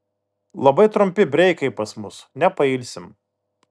labai trumpi breikai pas mus nepailsim